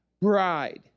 Bride